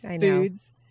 foods